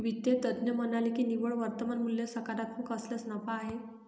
वित्त तज्ज्ञ म्हणाले की निव्वळ वर्तमान मूल्य सकारात्मक असल्यास नफा आहे